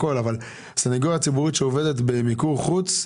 אבל הסניגוריה הציבורית שעובדת במיקור חוץ,